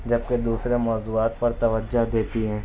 جب کے دوسرے موضوعات پر توجہ دیتی ہیں